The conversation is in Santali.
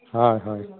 ᱦᱳᱭ ᱦᱳᱭ